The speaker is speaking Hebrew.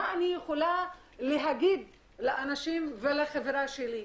מה אני יכולה להגיד לאנשים ולחברה שלי?